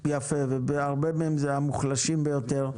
יפה, והרבה מהם הם המוחלשים ביותר.